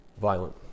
violent